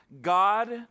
God